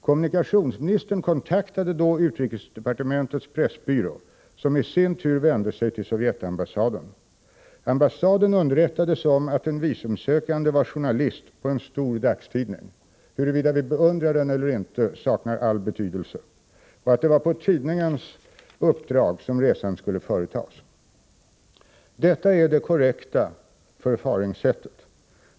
Kommunikationsministern kontaktade då utrikesdepartementets pressbyrå, som i sin tur vände sig till Sovjetambassaden. Ambassaden underrättades om att den visumsökande var journalist på en stor dagstidning — huruvida vi beundrar den eller inte saknar all betydelse — och att det var på tidningens uppdrag som resan skulle företas. Detta är det korrekta förfaringssättet.